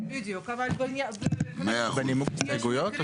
בנימוק הסתייגויות?